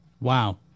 Wow